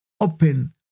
open